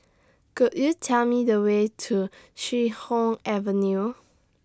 Could YOU Tell Me The Way to Chee Hoon Avenue